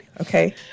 okay